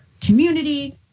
community